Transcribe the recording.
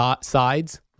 Sides